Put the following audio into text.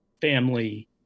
family